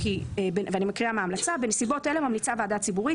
ואני מקריאה מההמלצה: בנסיבות אלה ממליצה הוועדה הציבורית